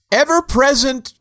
ever-present